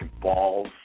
balls